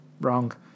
Wrong